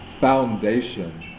foundation